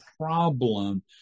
problem